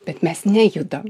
bet mes nejudam